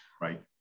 Right